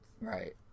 right